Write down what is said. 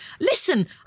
listen